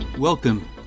Welcome